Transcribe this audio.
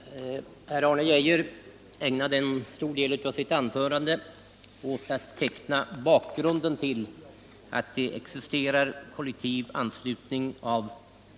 Herr talman! Herr Arne Geijer ägnade en stor del av sitt anförande åt att teckna bakzrunden till att det existerar kollektiv anslutning av